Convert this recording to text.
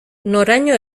noraino